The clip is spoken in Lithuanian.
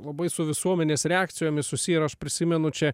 labai su visuomenės reakcijomis susiję ir aš prisimenu čia